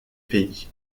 pays